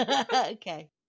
Okay